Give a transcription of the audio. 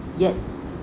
yet